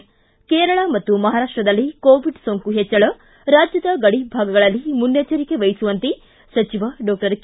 ಿ ಕೇರಳ ಮತ್ತು ಮಹಾರಾಷ್ವದಲ್ಲಿ ಕೋವಿಡ್ ಸೋಂಕು ಹೆಚ್ಚಳ ರಾಜ್ದದ ಗಡಿಭಾಗಗಳಲ್ಲಿ ಮುನ್ನೆಚ್ಚರಿಕೆ ವಹಿಸುವಂತೆ ಸಚಿವ ಡಾಕ್ಷರ್ ಕೆ